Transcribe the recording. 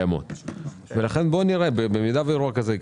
אם יקרה אירוע כזה,